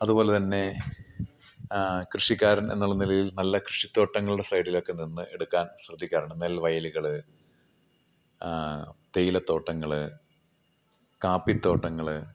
അതുപോലെതന്നെ കൃഷിക്കാരൻ എന്നുള്ള നിലയിൽ നല്ല കൃഷിത്തോട്ടങ്ങളുടെ സൈഡിലൊക്കെ നിന്ന് എടുക്കാൻ ശ്രദ്ധിക്കാറുണ്ട് നെൽവയലുകൾ തേയിലത്തോട്ടങ്ങൾ കാപ്പിത്തോട്ടങ്ങൾ